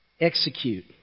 execute